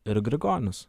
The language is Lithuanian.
ir grigonis